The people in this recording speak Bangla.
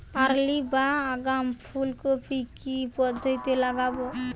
আর্লি বা আগাম ফুল কপি কি পদ্ধতিতে লাগাবো?